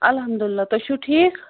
اَلحمدُاللہ تُہۍ چھُو ٹھیٖک